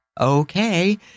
okay